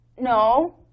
no